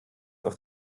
auf